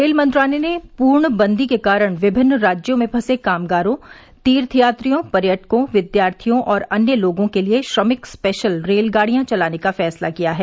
rail मंत्रालय ने पूर्णबंदी के कारण विमिन्न राज्यों में फंसे कामगारों तीर्थ यात्रियों पर्यटकों विद्यार्थियों और अन्य लोगों के लिए श्रमिक स्पेशल रेलगाडियां चलाने का फैसला किया है